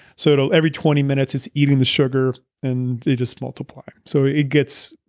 so, every twenty minutes it's eating the sugar and they just multiply. so, it gets.